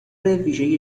ویژه